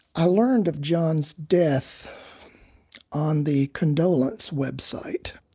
i learned of john's death on the condolence website.